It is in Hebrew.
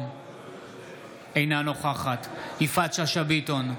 אינה נוכחת יפעת שאשא ביטון,